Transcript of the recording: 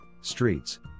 streets